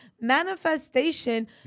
Manifestation